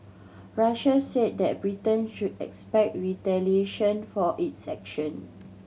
Russia said that Britain should expect retaliation for its action